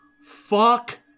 Fuck